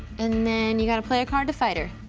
and then you gotta play a card to fight her.